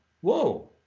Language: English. whoa